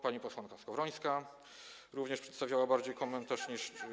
Pani posłanka Skowrońska również przedstawiała bardziej komentarz niż.